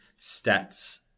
stats